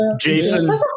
Jason